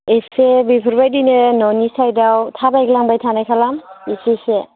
एसे बिफोरबादिनो न'नि साइदाव थाबाय ग्लांबाय थानाय खालाम एसे एसे